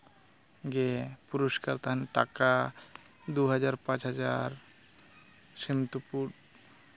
ᱜᱮ ᱯᱩᱨᱚᱥᱠᱟᱨ ᱛᱟᱦᱮᱱᱟ ᱴᱟᱠᱟ ᱫᱩ ᱦᱟᱡᱟᱨ ᱯᱟᱸᱪ ᱦᱟᱡᱟᱨ ᱥᱤᱢ ᱛᱩᱯᱩᱜ